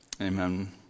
Amen